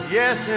yes